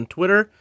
Twitter